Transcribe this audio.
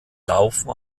laufen